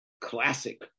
classic